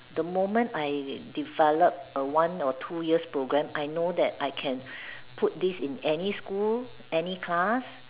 the moment I develop a one or two years programme I know that I can put this in any school any class